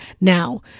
now